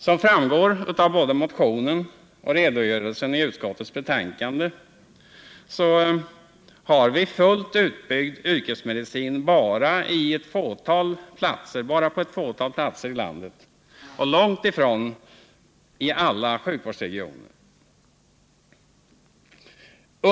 Som framgår av både motionen och redogörelsen i utskottets betänkande så har vi fullt utbyggd yrkesmedicin bara på ett fåtal platser i landet och långt ifrån i alla sjukvårdsregioner.